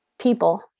people